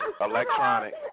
electronic